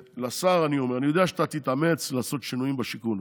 לשר אני אומר: אני יודע שאתה תתאמץ לעשות שינויים בשיכון,